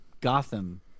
Gotham